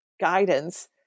guidance